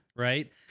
right